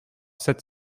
sept